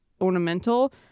ornamental